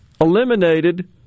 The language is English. eliminated